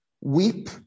Weep